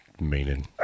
meaning